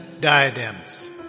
diadems